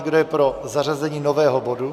Kdo je pro zařazení nového bodu?